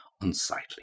unsightly